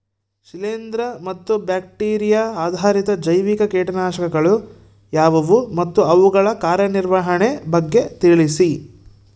ಶಿಲೇಂದ್ರ ಮತ್ತು ಬ್ಯಾಕ್ಟಿರಿಯಾ ಆಧಾರಿತ ಜೈವಿಕ ಕೇಟನಾಶಕಗಳು ಯಾವುವು ಮತ್ತು ಅವುಗಳ ಕಾರ್ಯನಿರ್ವಹಣೆಯ ಬಗ್ಗೆ ತಿಳಿಸಿ?